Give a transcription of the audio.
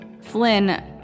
Flynn